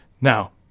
Now